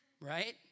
Right